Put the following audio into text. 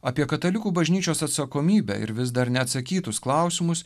apie katalikų bažnyčios atsakomybę ir vis dar neatsakytus klausimus